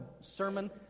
sermon